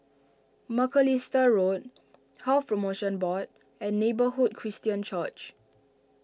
Macalister Road Health Promotion Board and Neighbourhood Christian Church